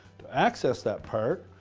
to access that part,